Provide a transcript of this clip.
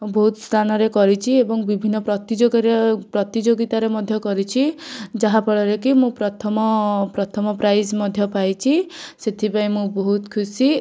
ବହୁତ ସ୍ଥାନରେ କରିଛି ଏବଂ ବିଭିନ୍ନ ପ୍ରତିଯୋଗରେ ପ୍ରତିଯୋଗିତାରେ ମଧ୍ୟ କରିଛି ଯାହାଫଳରେ କି ମୁଁ ପ୍ରଥମ ପ୍ରଥମ ପ୍ରାଇଜ୍ ମଧ୍ୟ ପାଇଛି ସେଥିପାଇଁ ମୁଁ ବହୁତ ଖୁସି